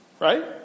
Right